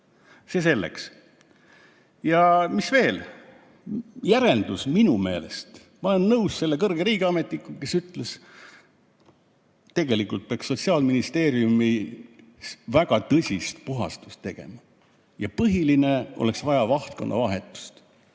See selleks. Ja mis veel? Järeldus minu meelest on see. Ma olen nõus selle kõrge riigiametnikuga, kes ütles, et tegelikult peaks Sotsiaalministeeriumis väga tõsist puhastust tegema. Põhiline: oleks vaja vahtkonnavahetust.